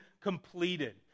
completed